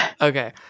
Okay